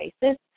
basis